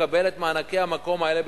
מקבל את מענקי המקום האלה,